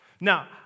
Now